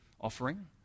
offering